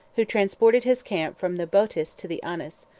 who transported his camp from the boetis to the anas,